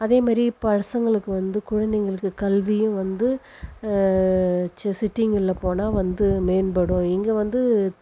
அதேமாதிரி பசங்களுக்கு வந்து குழந்தைங்களுக்கு கல்வியும் வந்து சிட்டிங்களில் போனால் வந்து மேம்படும் இங்கே வந்து